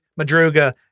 Madruga